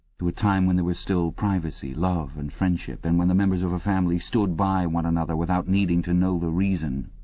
to a time when there was still privacy, love, and friendship, and when the members of a family stood by one another without needing to know the reason.